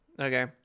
Okay